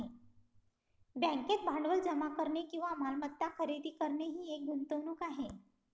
बँकेत भांडवल जमा करणे किंवा मालमत्ता खरेदी करणे ही एक गुंतवणूक आहे